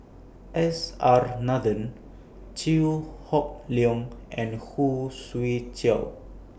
S R Nathan Chew Hock Leong and Who Swee Chiow